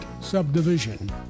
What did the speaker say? subdivision